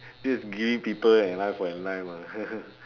this is giving people an eye for an eye mah